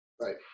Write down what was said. Right